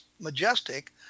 Majestic